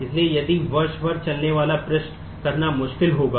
इसलिए यदि वर्ष भर चलने वाले प्रश्न करना मुश्किल होगा